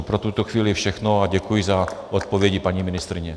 Pro tuto chvíli to je všechno a děkuji za odpovědi paní ministryně.